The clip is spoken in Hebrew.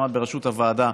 שעמד בראשות הוועדה